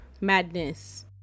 Madness